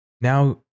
Now